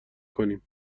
کنیم